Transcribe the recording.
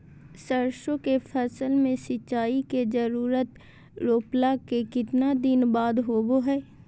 सरसों के फसल में सिंचाई के जरूरत रोपला के कितना दिन बाद होबो हय?